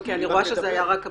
רואה שזה היה רק הפתיח.